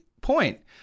point